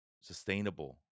sustainable